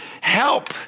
help